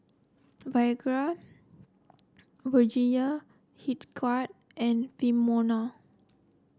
Virgia Hildegard and Filomena